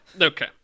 Okay